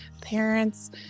parents